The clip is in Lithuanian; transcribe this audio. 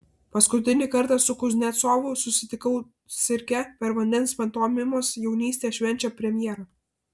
paskutinį kartą su kuznecovu susitikau cirke per vandens pantomimos jaunystė švenčia premjerą